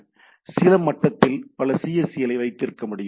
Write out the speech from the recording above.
எனவே சில மட்டத்தில் பல cse ஐ வைத்திருக்க முடியும்